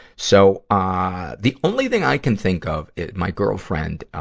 so, ah, the only thing i can think of is, my girlfriend, ah,